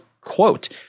quote